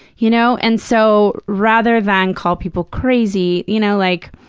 you know and so, rather than call people crazy you know like,